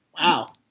Wow